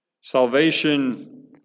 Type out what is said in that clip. salvation